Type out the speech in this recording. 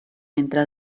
mentre